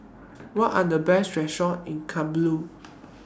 What Are The Best Restaurant in Kabul